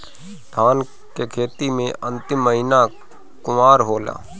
धान के खेती मे अन्तिम महीना कुवार होला?